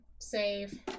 save